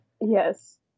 Yes